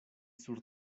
sur